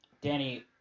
Danny